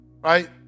right